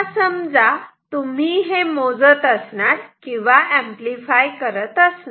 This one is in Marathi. आता समजा तुम्ही हे मोजत असणार किंवा ऍम्प्लिफाय करत असणार